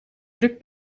druk